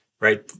right